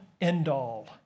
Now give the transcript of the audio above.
end-all